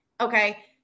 okay